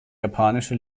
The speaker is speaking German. japanische